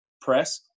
press